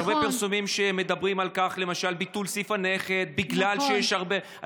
יש פרסומים שמדברים למשל על ביטול סעיף הנכד בגלל שיש הרבה.